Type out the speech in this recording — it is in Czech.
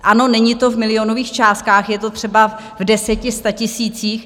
Ano, není to v milionových částkách, je to třeba v deseti, statisících.